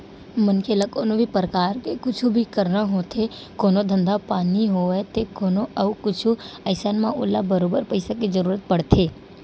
मनखे ल कोनो भी परकार के कुछु भी करना होथे कोनो धंधा पानी होवय ते कोनो अउ कुछु अइसन म ओला बरोबर पइसा के जरुरत पड़थे